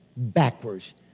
Backwards